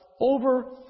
over